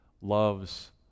loves